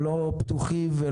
הם לא פתוחים ,